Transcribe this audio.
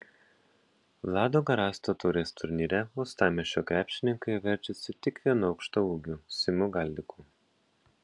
vlado garasto taurės turnyre uostamiesčio krepšininkai verčiasi tik vienu aukštaūgiu simu galdiku